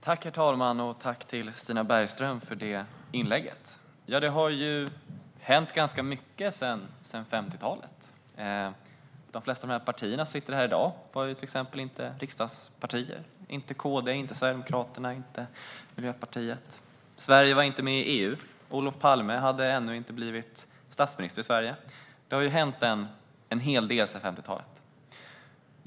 Herr talman! Tack, Stina Bergström, för det inlägget! Det har hänt ganska mycket sedan 1950-talet. Till exempel var de flesta partier som sitter här i dag inte riksdagspartier då: varken KD, Sverigedemokraterna eller Miljöpartiet. Sverige var inte med i EU, och Olof Palme hade ännu inte blivit statsminister i Sverige. Det har ju hänt en hel del sedan dess.